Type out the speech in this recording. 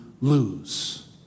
lose